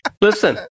Listen